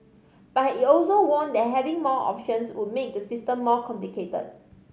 but he also warned that having more options would make the system more complicated